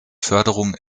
förderung